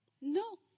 No